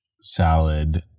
salad